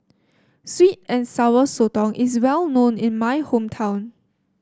sweet and Sour Sotong is well known in my hometown